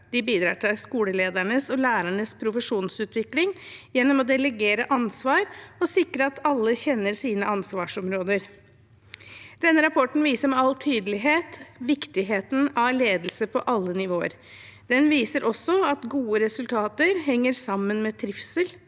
De bidrar til skoleledernes og lærernes profesjonsutvikling gjennom å delegere ansvar og sikre at alle kjenner sine ansvarsområder.» Dette viser med all tydelighet viktigheten av ledelse på alle nivåer. Det viser også at gode resultater henger sammen med trivsel.